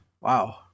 Wow